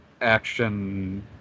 action